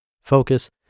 Focus